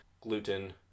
gluten